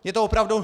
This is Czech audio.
Je to opravdu...